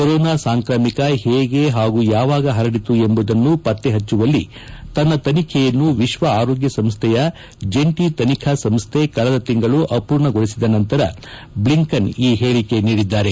corona ಸಾಂಕ್ರಾಮಿಕ ಹೇಗೆ ಹಾಗೂ ಯಾವಾಗ ಹರಡಿತು ಎಂಬುದನ್ನು ಪತ್ತೆ ಹಚ್ಚುವಲ್ಲಿ ತನ್ನ ತನಿಖೆಯನ್ನು ವಿಶ್ವ ಆರೋಗ್ಯ ಸಂಸ್ಥೆಯ ಜಂಟಿ ತನಿಖಾ ಸಂಸ್ಥೆ ಕಳೆದ ತಿಂಗಳು ಅಮೂರ್ಣಗೊಳಿಸಿದ ನಂತರ ಬ್ಲಿಂಕನ್ ಈ ಹೇಳಿಕೆ ನೀಡಿದ್ದಾರೆ